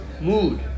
mood